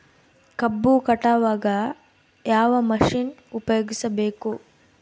ಕಬ್ಬು ಕಟಾವಗ ಯಾವ ಮಷಿನ್ ಉಪಯೋಗಿಸಬೇಕು?